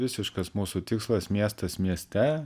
visiškas mūsų tikslas miestas mieste